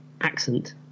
accent